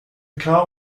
car